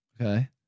Okay